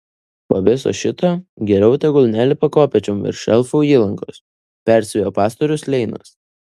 po viso šito geriau tegul nelipa kopėčiom virš elfų įlankos perspėjo pastorius leinas